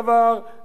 הדברים יסתדרו,